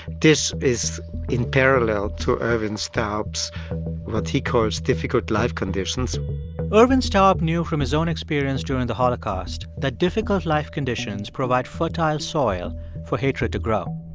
this is in parallel to ervin staub's what he calls difficult life conditions ervin staub knew from his own experience during the holocaust that difficult life conditions provide fertile soil for hatred to grow.